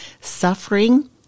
Suffering